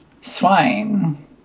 Swine